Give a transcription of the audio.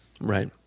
right